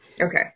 okay